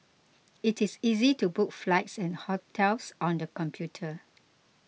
it is easy to book flights and hotels on the computer